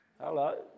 Hello